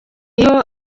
iyo